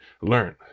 learn